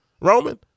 Roman